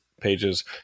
pages